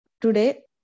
Today